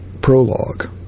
prologue